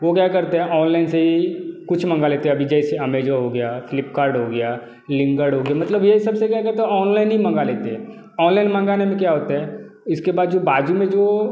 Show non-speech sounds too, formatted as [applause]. वो क्या करते हैं ऑनलाइन से ही कुछ मंगा लेते है अभी जैसे अमेजॉन हो गया फ्लिपकार्ट हो गया [unintelligible] हो गया मतलब ये सब से क्या कहते है ऑनलाइन ही मंगा लेते हैं ऑनलाइन मंगाने में क्या होता है इसके बाद जो बाज़ू में जो